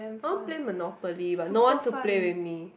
I want play monopoly but no one to play with me